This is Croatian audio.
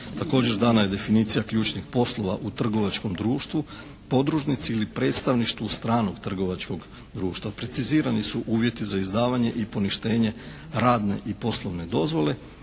Također dana je definicija ključnih poslova u trgovačkom društvu, podružnici ili predstavništvu stranog trgovačkog društva. Precizirani su uvjeti za izdavanje i poništenje radne i poslovne dozvole,